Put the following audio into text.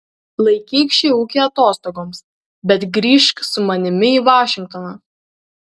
laikyk šį ūkį atostogoms bet grįžk su manimi į vašingtoną